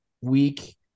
week